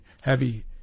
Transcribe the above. heavy